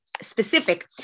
specific